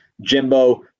Jimbo